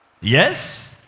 Yes